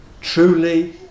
truly